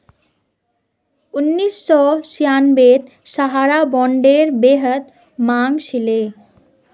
उन्नीस सौ छियांबेत सहारा बॉन्डेर बेहद मांग छिले